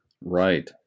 Right